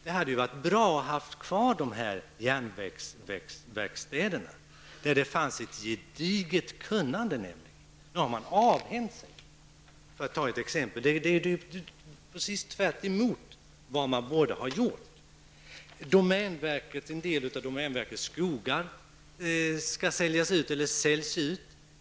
Det hade varit bra om man hade haft kvar dessa järnvägsverkstäder. Där fanns det nämligen ett gediget kunnande. Nu har man avhänt sig detta. Det är alltså tvärtemot vad man borde ha gjort. En del av domänverkets skogar skall säljas ut, eller säljs ut.